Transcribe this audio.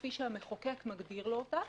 כפי שהמחוקק מגדיר לו אותה,